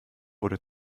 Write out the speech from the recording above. wurde